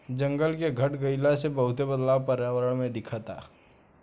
जंगल के घट गइला से बहुते बदलाव पर्यावरण में दिखता